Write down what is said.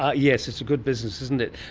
ah yes, it's a good business, isn't it.